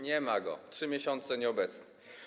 Nie ma go, 3 miesiące nieobecny.